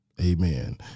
amen